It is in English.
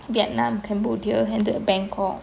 vietnam cambodia and bangkok